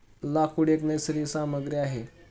लाकूड एक नैसर्गिक सामग्री आहे